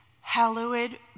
Hallowed